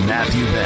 Matthew